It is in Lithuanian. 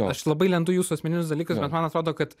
aš labai lendu jūsų asmeninius dalykus bet man atrodo kad